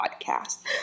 podcast